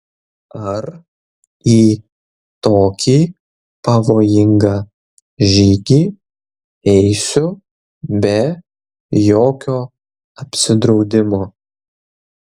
ar į tokį pavojingą žygį eisiu be jokio apsidraudimo